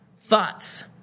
Thoughts